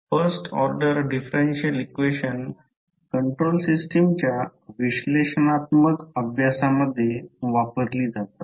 first order differential equation control सिस्टमच्या विश्लेषणात्मक अभ्यासामध्ये वापरली जातात